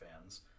fans